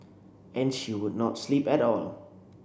and she would not sleep at all